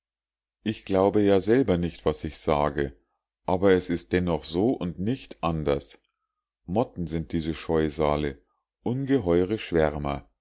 ich glaube ja selber nicht was ich sage aber es ist dennoch so und nicht anders motten sind diese scheusale ungeheure schwärmer